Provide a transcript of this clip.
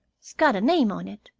s'got a name on it,